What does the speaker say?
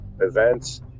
events